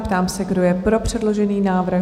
Ptám se, kdo je pro předložený návrh?